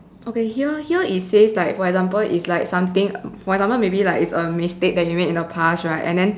okay here here it says like for example it's like something for example maybe like it's a mistake that you make in the past right and then